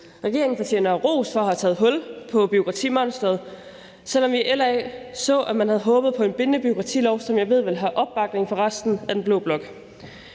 Regeringen fortjener ros for at have taget hul på at gøre noget ved bureaukratimonsteret, selv om vi i LA så, at man havde håbet på en bindende bureaukratilov, som jeg ved vil have opbakning fra resten af den blå blok.